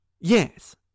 Yes